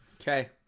Okay